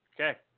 Okay